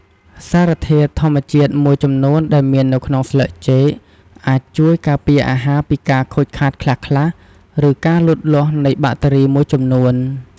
សារធាតុធម្មជាតិមួយចំនួនដែលមាននៅក្នុងស្លឹកចេកអាចជួយ ការពារអាហារ ពីការខូចខាតខ្លះៗ ឬការលូតលាស់នៃបាក់តេរីមួយចំនួន។